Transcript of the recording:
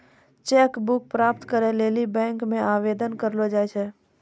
cheque book प्राप्त करै लेली बैंक मे आवेदन करलो जाय छै